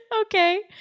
Okay